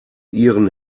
ihren